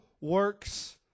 works